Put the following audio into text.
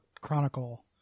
Chronicle